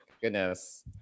Goodness